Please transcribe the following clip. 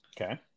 Okay